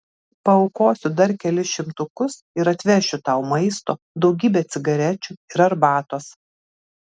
paaukosiu dar kelis šimtukus ir atvešiu tau maisto daugybę cigarečių ir arbatos